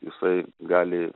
jisai gali